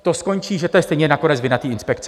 To skončí, že to je stejně nakonec vina té inspekce.